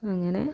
അങ്ങനെ